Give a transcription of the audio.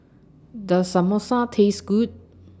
Does Samosa Taste Good